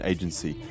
Agency